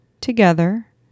together